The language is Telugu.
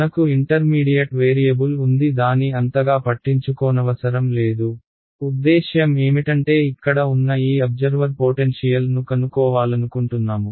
మనకు ఇంటర్మీడియట్ వేరియబుల్ ఉంది దాని అంతగా పట్టించుకోనవసరం లేదు ఉద్దేశ్యం ఏమిటంటే ఇక్కడ ఉన్న ఈ అబ్జర్వర్ పోటెన్షియల్ ను కనుకోవాలనుకుంటున్నాము